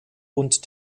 und